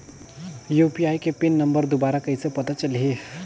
UPI के PIN number दुबारा कइसे पता चलही?